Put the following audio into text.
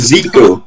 Zico